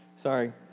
Sorry